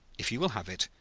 if you will have it,